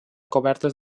cobertes